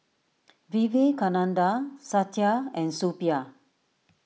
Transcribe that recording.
Vivekananda Satya and Suppiah